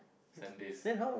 Sundays